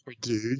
Dude